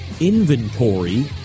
inventory